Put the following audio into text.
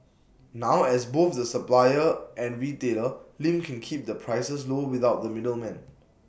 now as both the supplier and retailer Lim can keep the prices low without the middleman